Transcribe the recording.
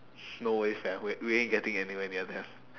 no way fam w~ we ain't getting anywhere near there